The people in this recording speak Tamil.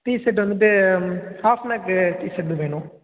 டீ ஷர்ட் வந்துட்டு ஆஃப் நெக்கு டீ ஷர்ட் வேணும்